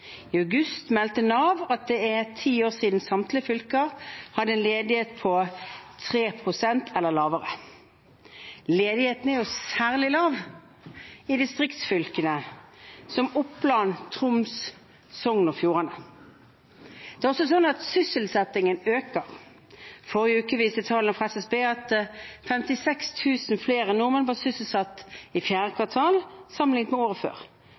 I august meldte Nav at det er ti år siden samtlige fylker hadde en ledighet på 3 pst. eller lavere. Ledigheten er særlig lav i distriktsfylkene, som Oppland, Troms og Sogn og Fjordane. Sysselsettingen øker. I forrige uke viste tallene fra SSB at 56 000 flere nordmenn var sysselsatt i 4. kvartal, sammenlignet med året før.